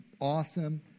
awesome